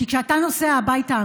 כי כשאתה נוסע הביתה,